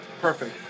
perfect